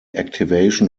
activation